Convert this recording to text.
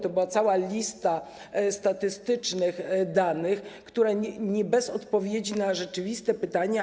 To była cała lista statystycznych danych bez odpowiedzi na rzeczywiste pytania.